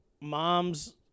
mom's